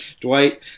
Dwight